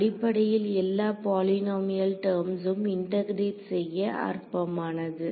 அடிப்படையில் எல்லா பாலினமியல் டெர்ம்ஸ்ம் இன்டெகரேட் செய்ய அற்பமானது